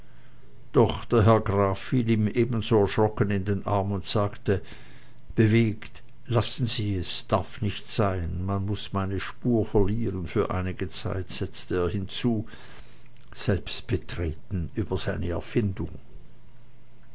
doch der herr graf fiel ihm ebenso erschrocken in den arm und sagte bewegt lassen sie es darf nicht sein man muß meine spur verlieren für einige zeit setzte er hinzu selbst betreten über diese erfindung